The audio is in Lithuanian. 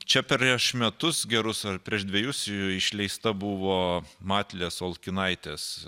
čia prieš metus gerus ar prieš dvejus išleista buvo matlės olkinaitės